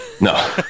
No